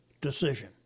decision